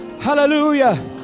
Hallelujah